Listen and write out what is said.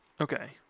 Okay